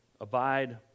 Abide